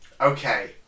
Okay